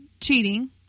cheating